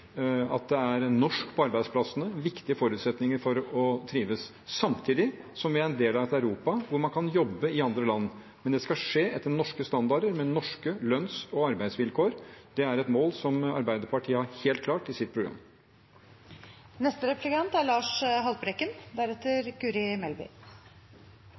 at det er norsk på arbeidsplassene – viktige forutsetninger for å trives – samtidig som vi er en del av et Europa hvor man kan jobbe i andre land. Men det skal skje etter norske standarder, med norske lønns- og arbeidsvilkår. Det er et mål som Arbeiderpartiet har helt klart i sitt